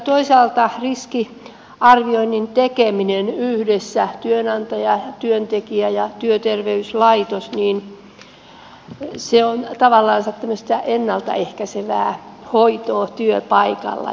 toisaalta riskiarvioinnin tekeminen yhdessä työnantaja työntekijä ja työterveyslaitos on tavallansa tämmöistä ennalta ehkäisevää hoitoa työpaikalla